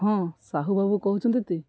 ହଁ ସାହୁ ବାବୁ କହୁଛନ୍ତି କି